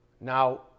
Now